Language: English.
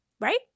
right